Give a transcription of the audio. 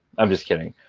i'm just kidding.